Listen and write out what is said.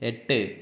എട്ട്